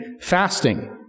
fasting